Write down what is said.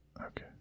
Okay